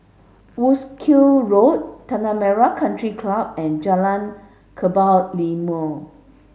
Wolskel Road Tanah Merah Country Club and Jalan Kebun Limau